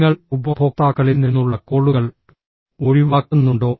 നിങ്ങൾ ഉപഭോക്താക്കളിൽ നിന്നുള്ള കോളുകൾ ഒഴിവാക്കുന്നുണ്ടോ